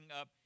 up